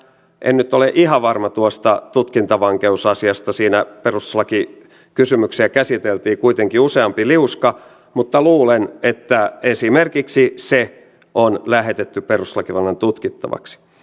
en nyt ole ihan varma tuosta tutkintavankeusasiasta siinä perustuslakikysymyksiä käsiteltiin kuitenkin useampi liuska mutta luulen että esimerkiksi se on lähetetty perustuslakivaliokunnan tutkittavaksi